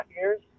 years